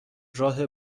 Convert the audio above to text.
راه